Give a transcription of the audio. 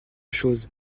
chose